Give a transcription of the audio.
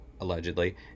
allegedly